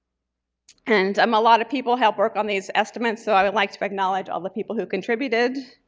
and um a lot of people helped work on these estimates. so i would like to acknowledge all the people who contributed.